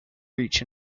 reach